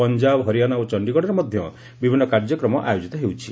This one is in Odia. ପଞ୍ଜାବ ହରିଆଣା ଓ ଚଣ୍ଡିଗଡ଼ରେ ମଧ୍ୟ ବିଭିନ୍ନ କାର୍ଯ୍ୟକ୍ରମ ଆୟୋଜିତ ହେଉଛି